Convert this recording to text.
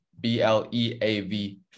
B-L-E-A-V